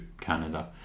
Canada